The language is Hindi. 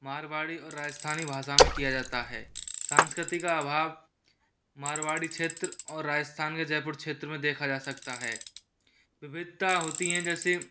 मारवाड़ी और राजस्थानी भाषा में किया जाता है सांस्कृति का अभाव मारवाड़ी क्षेत्र और राजस्थान के जयपुर क्षेत्र में देखा जा सकता है विविधता होती है जैसे